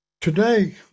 today